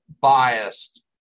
biased